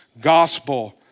gospel